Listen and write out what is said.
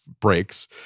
breaks